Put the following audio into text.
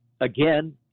Again